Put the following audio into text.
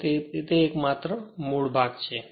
તેથી તે માત્ર એક મૂળ ભાગ છે